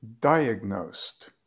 diagnosed